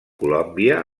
colòmbia